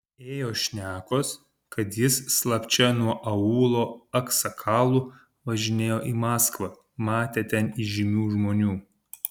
ėjo šnekos kad jis slapčia nuo aūlo aksakalų važinėjo į maskvą matė ten įžymių žmonių